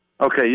Okay